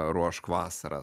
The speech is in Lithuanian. ruošk vasarą